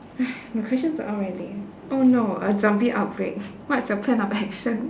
my questions are all very lame oh no a zombie outbreak what's your plan of action